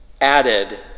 added